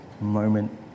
moment